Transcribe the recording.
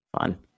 fun